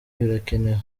birakenewe